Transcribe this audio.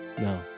No